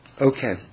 Okay